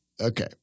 Okay